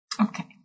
Okay